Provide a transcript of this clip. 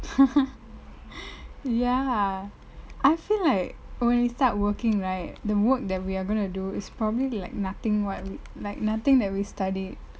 ya I feel like when we start working right the work that we are gonna do is probably like nothing what we like nothing that we study